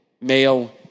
male